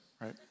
right